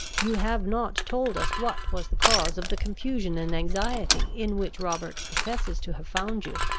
you have not told us what was the cause of the confusion and anxiety in which robert professes to have found you,